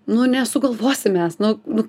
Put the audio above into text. nu nesugalvosim mes nu nu